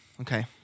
Okay